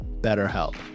BetterHelp